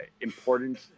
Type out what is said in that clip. important